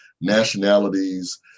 nationalities